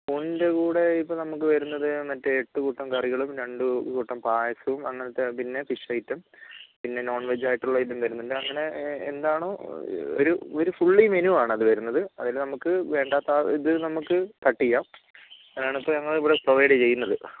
ഊണിന്റെ കൂടെ ഇപ്പോൾ നമുക്ക് വരുന്നത് മറ്റേ എട്ട് കൂട്ടം കറികളും രണ്ട് കൂട്ടം പായസവും അങ്ങനത്തെ പിന്നെ ഫിഷ് ഐറ്റം പിന്നെ നോൺ വെജ് ആയിട്ടുള്ള ഇതും വരുന്നുണ്ട് അങ്ങനെ എന്താണോ ഒരു ഫുള്ളി മെനു ആണ് അത് വരുന്നത് അതിൽ നമുക്ക് വേണ്ടാത്ത ഇത് നമുക്ക് കട്ട് ചെയ്യാം അതാണ് നമ്മളിപ്പോൾ പ്രൊവൈഡ് ചെയ്യുന്നത്